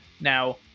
Now